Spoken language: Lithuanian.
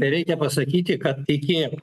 reikia pasakyti kad iki